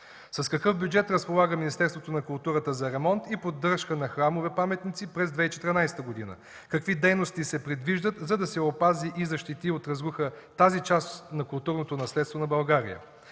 С какъв бюджет разполага Министерство на културата за ремонт и поддръжка на храмове паметници през 2014 г.? Какви дейности се предвиждат, за да се опази и защити от разруха тази част на културното наследство на България?